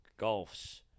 Golfs